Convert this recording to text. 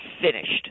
finished